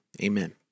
amen